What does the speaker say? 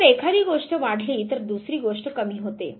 जर एखादी गोष्ट वाढली तर दुसरी गोष्ट कमी होते